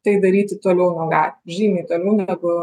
tai daryti toliau nuo gatvių žymiai toliau negu